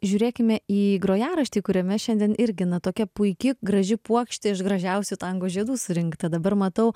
žiūrėkime į grojaraštį kuriame šiandien irgi na tokia puiki graži puokštė iš gražiausių tango žiedų surinkta dabar matau